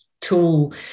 tool